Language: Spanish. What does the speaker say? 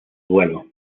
bueno